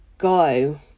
go